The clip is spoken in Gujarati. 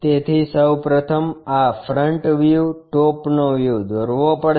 તો સૌ પ્રથમ આ ફ્રન્ટ વ્યૂ ટોપનો વ્યુ દોરવું પડશે